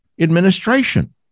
administration